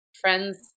friends